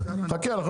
חכה עם זה.